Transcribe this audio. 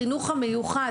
בקשר לחינוך המיוחד,